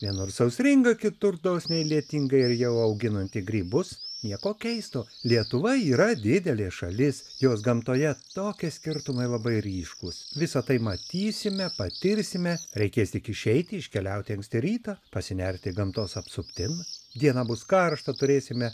vienur sausringa kitur dosniai lietinga ir jau auginanti grybus nieko keisto lietuva yra didelė šalis jos gamtoje tokie skirtumai labai ryškūs visa tai matysime patirsime reikės tik išeiti iškeliauti anksti rytą pasinerti gamtos apsuptim dieną bus karšta turėsime